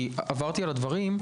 כי עברתי על הדברים,